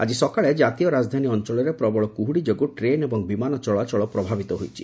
ଆଜି ସକାଳେ ଜାତୀୟ ରାଜଧାନୀ ଅଞ୍ଚଳରେ ପ୍ରବଳ କୁହୁଡ଼ି ଯୋଗୁଁ ଟ୍ରେନ୍ ଏବଂ ବିମାନ ଚଳାଚଳ ପ୍ରଭାବିତ ହୋଇଛି